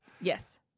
Yes